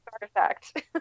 artifact